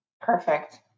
Perfect